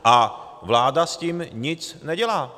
A vláda s tím nic nedělá!